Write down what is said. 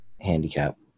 handicap